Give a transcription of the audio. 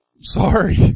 sorry